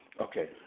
Okay